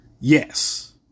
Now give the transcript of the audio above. Yes